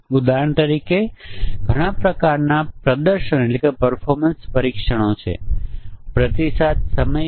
આપણે અહી orientation input પરિમાણ છે જે 2 કિંમતો પોર્ટ્રેઇટ અને લેન્ડસ્કેપ લઈ શકે છે